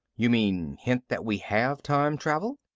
you mean hint that we have time travel?